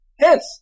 Hence